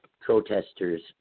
protesters